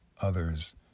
others